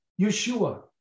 Yeshua